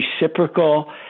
reciprocal